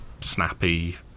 snappy